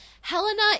Helena